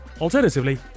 Alternatively